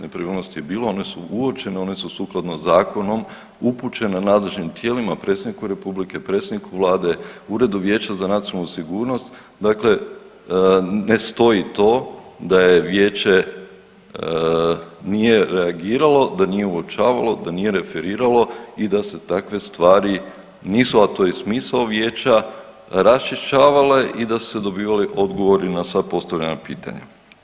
Nepravilnosti je bilo, one su uočene, one su sukladno zakonom upućene nadležnim tijelima, predsjedniku Republike, predsjedniku vlade, Uredu Vijeća za nacionalnu sigurno dakle ne stoji to da je vijeće nije reagiralo, da nije uočavalo, da nije referiralo i da se takve stvari nisu, a to je smisao vijeća raščišćavale i da su se dobivali odgovori na sva postavljena pitanja.